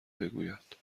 بگوید